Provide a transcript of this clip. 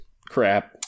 crap